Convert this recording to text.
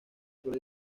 solo